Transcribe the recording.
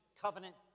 covenant